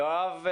יואב אברמוביץ.